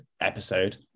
episode